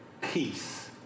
peace